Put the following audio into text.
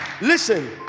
listen